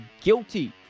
Guilty